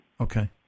Okay